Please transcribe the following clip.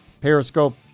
Periscope